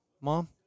Mom